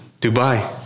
Dubai